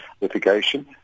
litigation